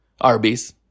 Arby's